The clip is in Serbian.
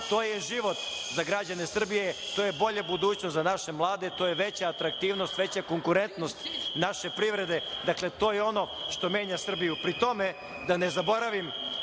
To je život za građane Srbije, to je bolja budućnost za naše mlade, to je veća atraktivnost, veža konkurentnost naše privrede. Dakle, to je ono što menja Srbiju. Pri tome, da ne zaboravim,